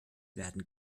werden